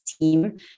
team